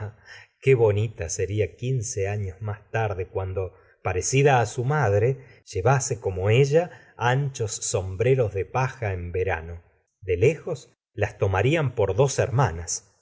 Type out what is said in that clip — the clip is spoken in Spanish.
qué bonita seria quince años más tarde cuando parecida á su madre llevase como ella anchos sombreros de paja en verano de lejos las tomarían por dos hermanas